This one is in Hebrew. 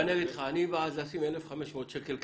אני בעד לקבוע 1,500 שקלים קנס.